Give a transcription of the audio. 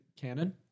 canon